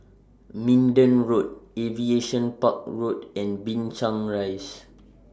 Minden Road Aviation Park Road and Binchang Rise